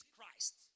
Christ